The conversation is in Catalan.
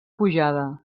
pujada